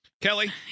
Kelly